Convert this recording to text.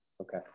Okay